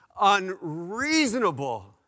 unreasonable